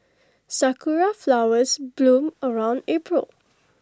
Sakura Flowers bloom around April